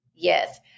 Yes